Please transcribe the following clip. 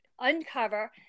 uncover